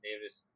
Davis